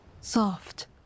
soft